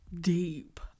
deep